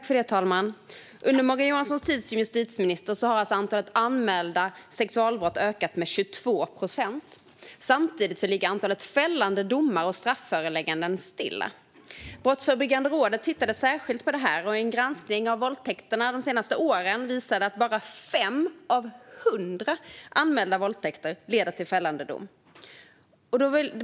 Fru talman! Under Morgan Johanssons tid som justitieminister har alltså antalet anmälda sexualbrott ökat med 22 procent. Samtidigt ligger antalet fällande domar och strafförelägganden still. Brottsförebyggande rådet tittade särskilt på detta och visade i en granskning av våldtäkterna de senaste åren att bara 5 av 100 anmälda våldtäkter leder till fällande dom.